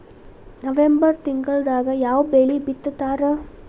November ತಿಂಗಳದಾಗ ಯಾವ ಬೆಳಿ ಬಿತ್ತತಾರ?